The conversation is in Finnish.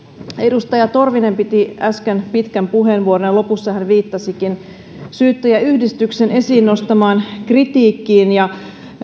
edustaja torvinen piti äsken pitkän puheenvuoron ja lopussa hän viittasikin syyttäjäyhdistyksen esiin nostamaan kritiikkiin